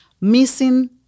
missing